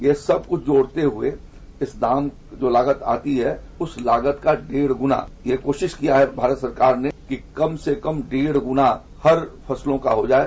ये सब कुछ जोड़ते हए इस दाम में जो लागत आती है उस लागत का डेढ़ गुना ये कोशिश किया है भारत सरकार ने कि किसाानों के श्रम डेढ़ गुना हर फसलों का हो जाये